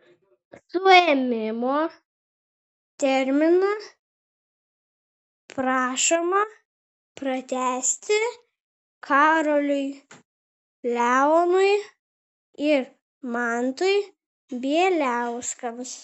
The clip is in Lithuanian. suėmimo terminą prašoma pratęsti karoliui leonui ir mantui bieliauskams